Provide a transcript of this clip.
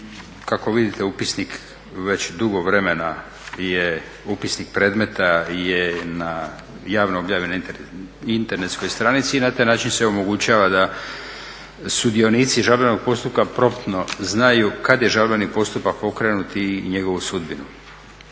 Kako vidite upisnik već dugo vremena, upisnik predmeta je na, javno objavljen na internetskoj stranici i na taj način se omogućava da sudionici žalbenog postupka promptno znaju kada je žalbeni postupak pokrenut i njegovu sudbinu.